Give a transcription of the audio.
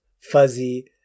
fuzzy